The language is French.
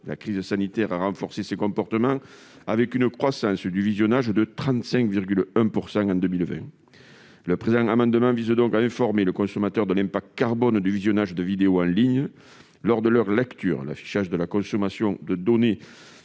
La crise sanitaire a renforcé ces comportements, le visionnage de tels contenus ayant connu une croissance de 35,1 % en 2020. Le présent amendement vise donc à informer le consommateur de l'impact carbone du visionnage de vidéos en ligne lors de leur lecture. L'affichage de la consommation de données